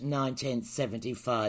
1975